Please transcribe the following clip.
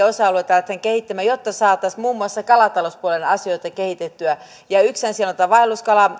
osa alueita aletaan kehittämään jotta saataisiin muun muassa kalatalouspuolen asioita kehitettyä yksihän siellä on tämä vaelluskala